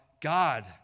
God